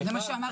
זה מה שאמרתי.